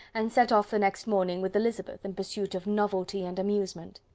and set off the next morning with elizabeth in pursuit of novelty and amusement.